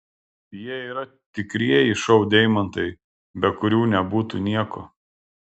jie yra tikrieji šou deimantai be kurių nebūtų nieko